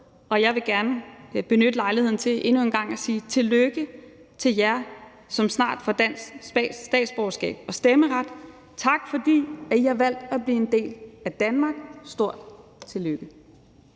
og jeg vil gerne benytte lejligheden til endnu en gang sige tillykke til jer, som snart får dansk statsborgerskab og stemmeret. Tak fordi I har valgt at blive en del af Danmark – stort tillykke!